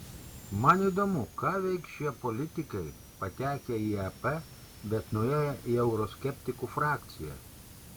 man įdomu ką veiks šie politikai patekę į ep bet nuėję į euroskeptikų frakciją